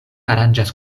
aranĝas